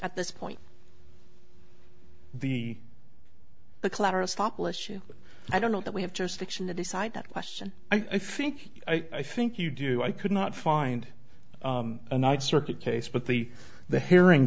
at this point the the collateral estoppel issue i don't know that we have just fiction to decide that question i think i think you do i could not find a knight circuit case but the the hearing